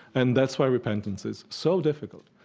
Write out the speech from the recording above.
and that's why repentance is so difficult.